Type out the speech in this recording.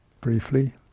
briefly